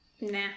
Nah